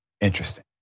Interesting